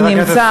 והוא נמצא,